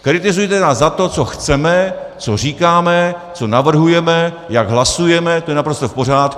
Kritizujte nás za to, co chceme, co říkáme, co navrhujeme, jak hlasujeme, to je naprosto v pořádku.